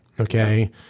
Okay